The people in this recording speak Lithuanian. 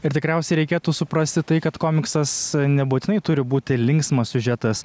ir tikriausiai reikėtų suprasti tai kad komiksas nebūtinai turi būti linksmas siužetas